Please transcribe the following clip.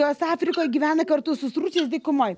jos afrikoj gyvena kartu su stručiais dykumoj